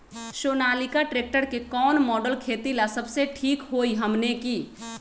Sonalika tractor के कौन model खेती ला सबसे ठीक होई हमने की?